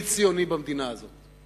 אני ציוני במדינה הזו,